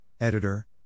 editor